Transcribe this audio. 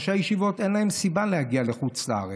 לא תהיה סיבה לראשי הישיבה להגיע לחוץ לארץ.